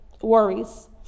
worries